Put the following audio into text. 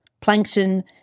plankton